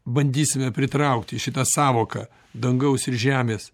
bandysime pritraukt į šitą sąvoką dangaus ir žemės